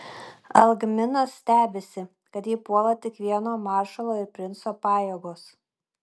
algminas stebisi kad jį puola tik vieno maršalo ir princo pajėgos